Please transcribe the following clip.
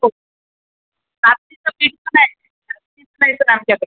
okay नाचणीचं पीठ पण आहे सर सर आमच्याकडे